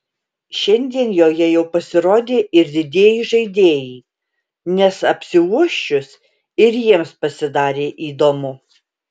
šiandien joje jau pasirodė ir didieji žaidėjai nes apsiuosčius ir jiems pasidarė įdomu